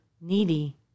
needy